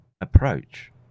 approach